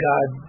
God